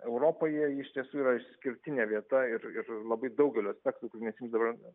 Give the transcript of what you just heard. europoje ji iš tiesų yra išskirtinė vieta ir ir labai daugeliu aspektų kur nesiimsiu dabar